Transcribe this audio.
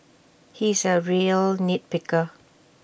he is A real nit picker